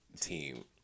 team